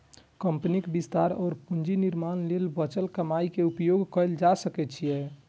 कंपनीक विस्तार और पूंजी निर्माण लेल बचल कमाइ के उपयोग कैल जा सकै छै